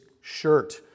shirt